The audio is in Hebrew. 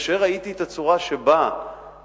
כאשר ראיתי את הצורה שבה משקללים